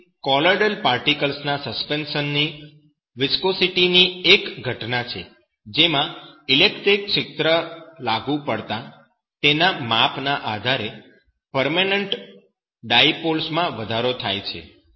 તે colloidal particles ના suspension ની વિસ્કોસિટી ની એક ઘટના છે જેમાં ઈલેક્ટ્રિક ક્ષેત્ર લાગુ પાડતાં તેના માપ ના આધારે પરમેનન્ટ ડાયપોલ્સ માં વધારો થાય છે